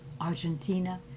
Argentina